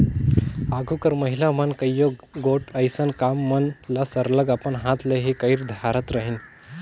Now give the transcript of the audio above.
आघु कर महिला मन कइयो गोट अइसन काम मन ल सरलग अपन हाथ ले ही कइर धारत रहिन